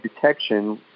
detection